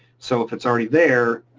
so if it's already there,